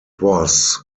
was